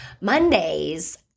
Mondays